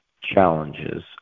challenges